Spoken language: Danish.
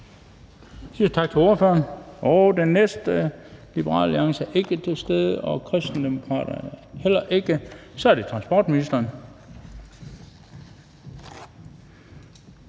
tak til ordføreren. Liberal Alliance er ikke til stede, og Kristendemokraterne er det heller ikke. Så er det transportministeren.